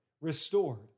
restored